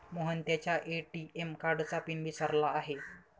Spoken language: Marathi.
मोहन त्याच्या ए.टी.एम कार्डचा पिन विसरला आहे